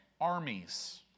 armies